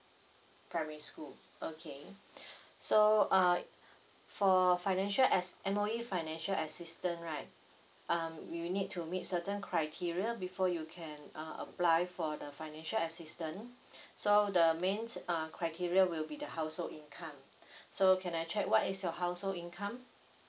primary school okay so uh for financial as~ M_O_E financial assistance right um you need to meet certain criteria before you can uh apply for the financial assistant so the mains err criteria will be the household income so can I check what is your household income